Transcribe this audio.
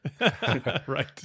Right